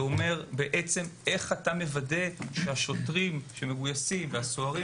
זה איך אתה מוודא שהשוטרים שמגויסים והסוהרים